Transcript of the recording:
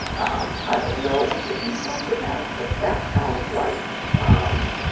um i don't know the details of that, but that sounds like um